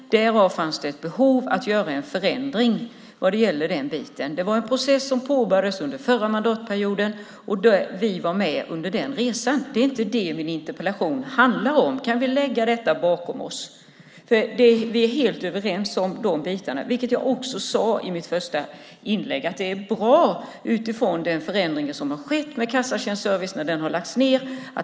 Därför fanns det behov av att göra en förändring vad gäller den biten. Det var en process som påbörjades under förra mandatperioden, och vi var med på den resan, men det är inte det min interpellation handlar om. Kan vi lägga detta bakom oss? Vi är nämligen helt överens om de bitarna, vilket jag också sade i mitt första inlägg. Det är bra utifrån den förändring som skett med kassatjänstservicen när den lagts ned.